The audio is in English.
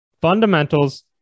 Fundamentals